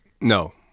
No